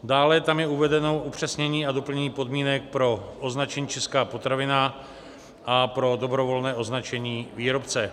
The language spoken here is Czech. Dále je tam uvedeno upřesnění a doplnění podmínek pro označení Česká potravina a pro dobrovolné označení výrobce.